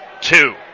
two